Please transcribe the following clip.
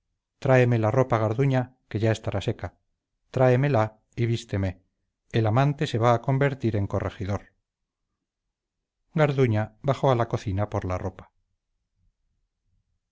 tráeme la ropa garduña que ya estará seca tráemela y vísteme el amante se va a convertir en corregidor garduña bajó a la cocina por la ropa